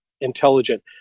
intelligent